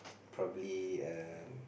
probably a